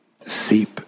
seep